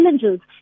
challenges